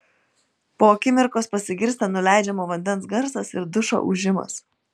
po akimirkos pasigirsta nuleidžiamo vandens garsas ir dušo ūžimas